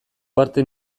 parte